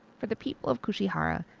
for the people of kushihara,